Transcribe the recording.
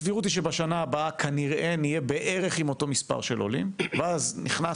הסבירות היא שבשנה הבאה כנראה נהיה בערך עם אותו מספר של עולים ואז ניכנס